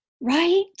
right